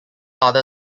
other